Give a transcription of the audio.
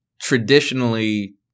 traditionally